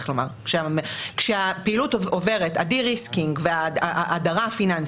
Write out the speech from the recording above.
אז השאלה מה עושים בעניין הזה.